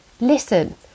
listen